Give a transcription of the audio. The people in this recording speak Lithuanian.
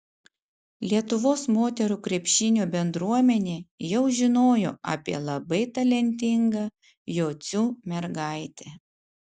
lietuvos moterų krepšinio bendruomenė jau žinojo apie labai talentingą jocių mergaitę